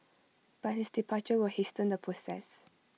but his departure will hasten the process